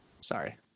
Sorry